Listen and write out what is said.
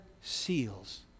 seals